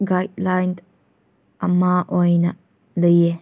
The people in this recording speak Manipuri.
ꯒꯥꯏꯠꯂꯥꯏꯟ ꯑꯃ ꯑꯣꯏꯅ ꯂꯩꯌꯦ